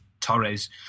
Torres